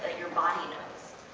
your body knows,